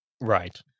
right